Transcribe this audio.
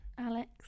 Alex